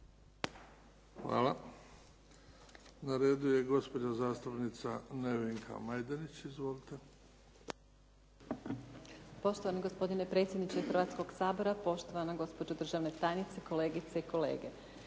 (HDZ)** Na redu je gospođa zastupnica Nevenka Majdenić. Izvolite. **Majdenić, Nevenka (HDZ)** Poštovani gospodine predsjedniče Hrvatskoga sabora, poštovana gospođo državna tajnice, kolegice i kolege.